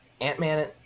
Ant-Man